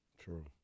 True